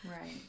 Right